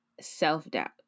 self-doubt